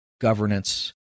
governance